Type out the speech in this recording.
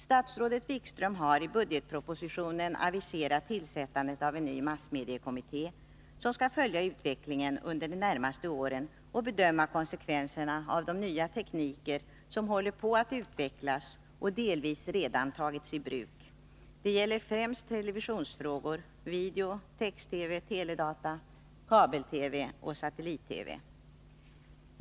Statsrådet Wikström har i budgetpropositionen aviserat tillsättandet av en ny massmediekommitté, som skall följa medieutvecklingen under de närmaste åren och bedöma konsekvenserna av de nya tekniker som håller på att utvecklas och delvis redan tagits i bruk. Det gäller främst televisionsfrågor, video, text-TV, teledata, kabel-TV och satellit-TV.